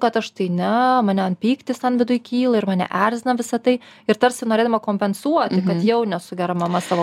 kad aš tai ne mane an pyktis ten viduj kyla ir mane erzina visa tai ir tarsi norėdama kompensuoti kad jau nesu gera mama savo